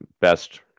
best